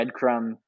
breadcrumb